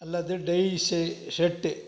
அல்லது டெய் செய் செட்டு